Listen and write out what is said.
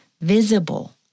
visible